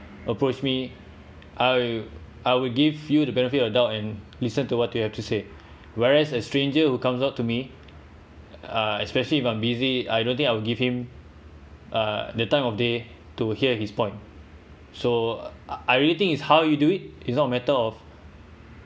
approach me I I will give you the benefit adult and listen to what you have to say whereas a stranger who comes out to me uh especially if I'm busy I don't think I will give him uh that time of day to hear his point so I really think it's how you do it it's not matter of